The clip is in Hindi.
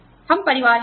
हम परिवार हैं